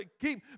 Keep